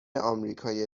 آمریکای